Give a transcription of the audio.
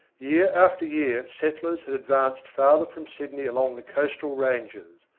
year after year settlers had advanced farther from sydney along the coastal ranges,